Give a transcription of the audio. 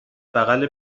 بغل